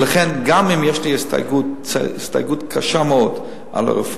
ולכן, גם אם יש לי הסתייגות קשה מאוד מהרפורמה,